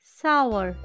sour